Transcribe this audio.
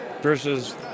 versus